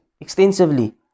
extensively